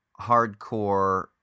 hardcore